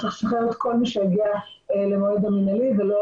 צריך לשחרר את כל מי שיגיע למועד המנהלי ולא